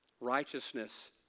Righteousness